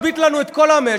ישביתו לנו את כל המשק,